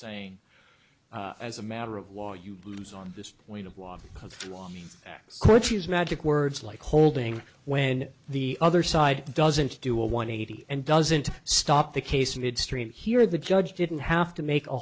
saying as a matter of law you lose on this point of law of scritches magic words like holding when the other side doesn't do a one eighty and doesn't stop the case midstream here the judge didn't have to make a